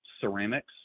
ceramics